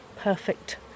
perfect